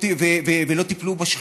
ולא טיפלו בשחיקה.